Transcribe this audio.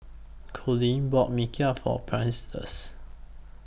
Colleen bought Mee Kuah For Prentiss